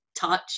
touch